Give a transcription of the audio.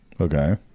Okay